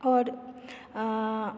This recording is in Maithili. आओर